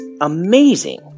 amazing